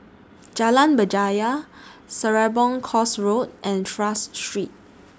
Jalan Berjaya Serapong Course Road and Tras Street